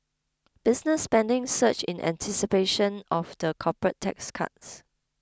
business spending surged in anticipation of the corporate tax cuts